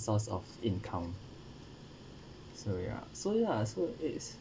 source of income so ya so ya so is